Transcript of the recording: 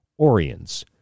Oriens